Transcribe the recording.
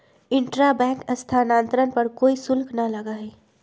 intra bank स्थानांतरण पर कोई शुल्क ना लगा हई